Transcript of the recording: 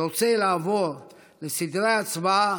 אני רוצה לעבור לסדרי ההצבעה